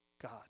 God